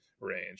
range